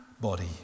body